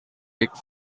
rick